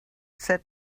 said